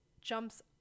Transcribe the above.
jumps